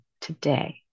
today